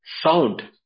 sound